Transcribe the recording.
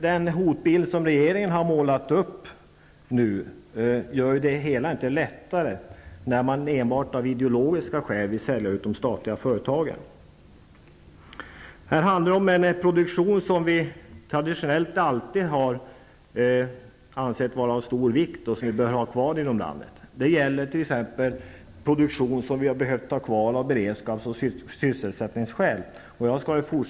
Den hotbild som regeringen har målat upp gör det inte lättare. Enbart av ideologiska skäl vill man ju sälja ut de statliga företagen. Det handlar då om en produktion som vi av tradition anser vara av stor vikt och som vi anser bör få finnas kvar i landet. Det gäller t.ex. produktion som vi av beredskaps och sysselsättningsskäl behövt ha kvar.